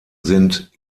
sind